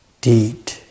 deed